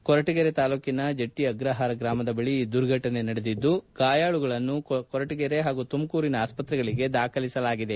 ಕೊರಟಗೆರೆ ತಾಲೂಕಿನ ಜಟ್ಟಿ ಅಗ್ರಹಾರ ಗ್ರಾಮದ ಬಳಿ ಈ ದುರ್ಘಟನೆ ನಡೆದಿದ್ದು ಗಾಯಾಳುಗಳನ್ನು ಕೊರಟಗೆರೆ ಪಾಗೂ ತುಮಕೂರಿನ ಆಸ್ತ್ರೆಗಳಿಗೆ ದಾಖಲಿಸಲಾಗಿದೆ